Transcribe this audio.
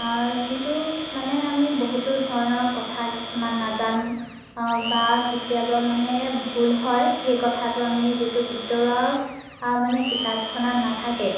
যিটো মানে আমি বহুতো ধৰণৰ কথা কিছুমান নাজানো বা কেতিয়াবা মানে ভুল হয় সেই কথাটো আমি যিটো ভিতৰুৱা মানে কিতাপখনত নাথাকে